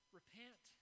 repent